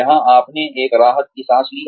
जहां आपने एक राहत की सांस ली